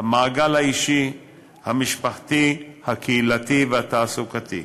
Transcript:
האישי, המשפחתי, הקהילתי והתעסוקתי.